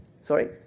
Sorry